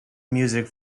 music